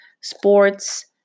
sports